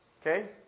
Okay